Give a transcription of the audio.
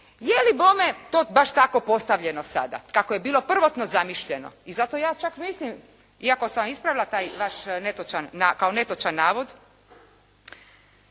Je li bome to baš tako postavljeno sada kako je bilo prvotno zamišljeno i zato ja čak mislim iako sam vam ispravila taj vaš netočan, kao